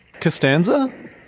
Costanza